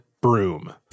broom